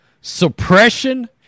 suppression